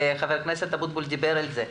וח"כ דיבר על זה,